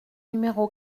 numéro